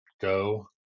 go